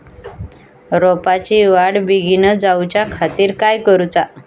रोपाची वाढ बिगीन जाऊच्या खातीर काय करुचा?